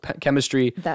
chemistry